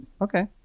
Okay